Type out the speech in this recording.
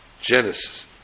Genesis